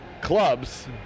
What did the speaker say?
clubs